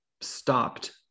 stopped